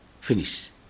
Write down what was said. Finish